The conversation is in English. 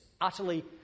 utterly